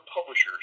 publishers